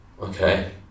Okay